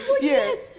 Yes